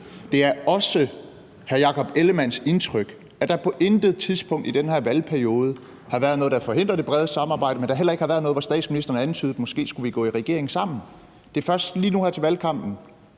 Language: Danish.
indtryk, at der på intet tidspunkt i den her valgperiode har været noget, der har forhindret det brede samarbejde, men at der heller ikke har været noget tidspunkt, hvor statsministeren antydede: Måske skulle vi gå i regering sammen. Det er først lige nu her i valgkampen